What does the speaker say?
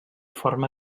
forma